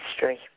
history